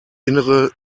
innere